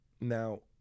Now